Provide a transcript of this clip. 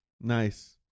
Nice